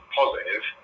positive